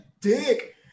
dick